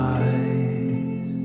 eyes